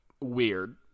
weird